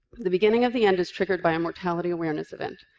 the beginning of the end is triggered by a mortality awareness event,